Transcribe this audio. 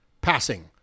passing